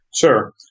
Sure